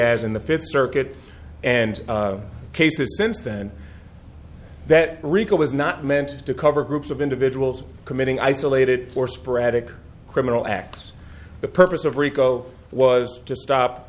as in the fifth circuit and cases since then that rico was not meant to cover groups of individuals committing isolated for sporadic criminal acts the purpose of rico was to stop